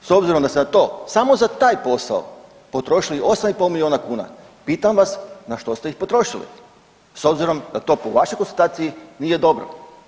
S obzirom da ste na to samo za taj posao potrošili 8,5 milijuna kuna, pitam vas na što ste ih potrošili s obzirom da to po vašoj konstataciji nije dobro?